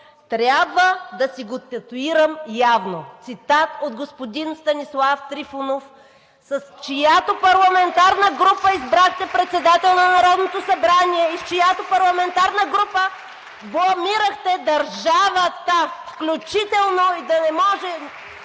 „Трябва да си го татуирам явно“ – цитат от господин Станислав Трифонов, с чиято парламентарна група избрахте председател на Народното събрание и с чиято парламентарна група бламирахте държавата, включително да не може